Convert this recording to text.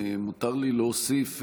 אם יותר לי להוסיף,